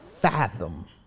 fathom